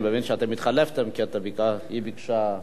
אני מבין שאתם התחלפתם כי היא ביקשה,